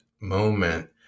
moment